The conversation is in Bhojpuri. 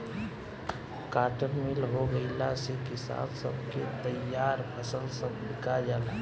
काटन मिल हो गईला से किसान सब के तईयार फसल सब बिका जाला